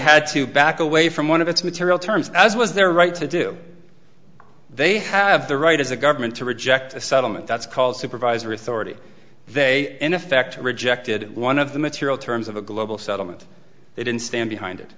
had to back away from one of its material terms as was their right to do they have the right as a government to reject a settlement that's called supervisory authority they in effect rejected one of the material terms of a global settlement they didn't stand behind it